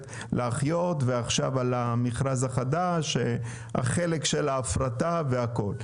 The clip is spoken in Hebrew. להחיות וגם עכשיו על המכרז החדש עם החלק של ההפרטה וכו'.